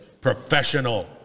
professional